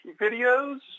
videos